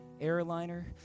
airliner